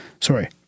sorry